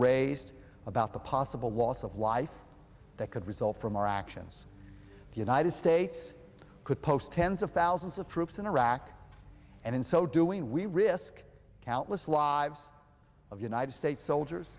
raised about the possible loss of life that could result from our actions the united states could post tens of thousands of troops in iraq and in so doing we risk countless lives of united states soldiers